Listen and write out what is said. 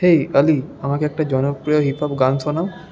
হেই অলি আমাকে একটা জনপ্রিয় হিপ হপ গান শোনাও